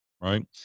right